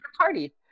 party